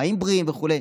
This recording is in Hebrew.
חיים בריאים וכו'.